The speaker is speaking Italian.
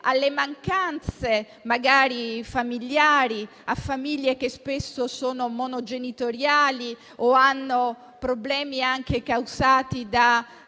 alle mancanze familiari, a famiglie che spesso sono monogenitoriali o hanno problemi drammatici